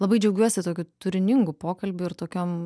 labai džiaugiuosi tokiu turiningu pokalbiu ir tokiom